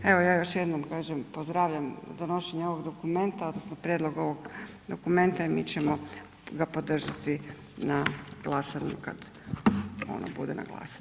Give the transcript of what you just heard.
Evo, ja još jednom kažem pozdravljam donošenje ovog dokumenta odnosno prijedlog ovog dokumenta i mi ćemo ga podržati na glasanju kad on bude na glasanju.